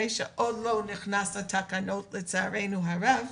עדיין לא נכנסה לתקנות לצערנו הרב,